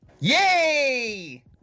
Yay